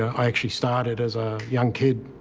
i actually started as a young kid,